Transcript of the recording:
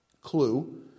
clue